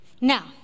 Now